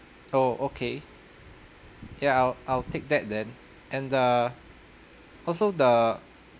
oh okay yeah I'll I'll take that then and the also the